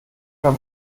beim